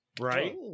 Right